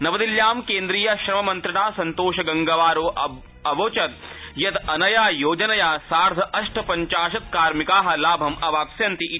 नवदिल्ल्यां केन्द्रीय श्रममन्त्रिणा संतोष गंगवारो अवोचत् यत् अनया योजनया सार्थ अष्ट पञ्चाशत् कार्मिका लाभं अवाप्स्यन्ति इति